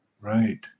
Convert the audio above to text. right